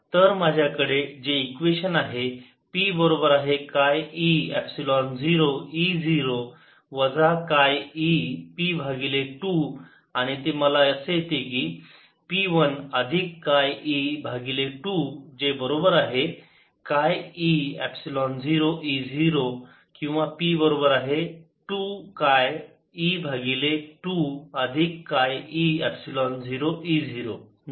तर माझ्याकडे जे इक्वेशन आहे p बरोबर आहे काय e एपसिलोन 0 E 0 वजा काय e p भागिले 2 आणि ते मला असे येते की p 1 अधिक काय e भागिले 2 जे बरोबर आहे काय e एपसिलोन 0 E 0 किंवा p बरोबर आहे 2 काय e भागिले 2 अधिक काय e एपसिलोन 0 E 0